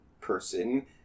person